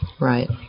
Right